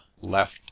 left